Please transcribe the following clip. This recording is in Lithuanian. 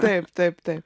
taip taip taip